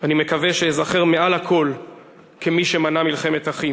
אני מקווה שאזכר מעל הכול כמי שמנע מלחמת אחים.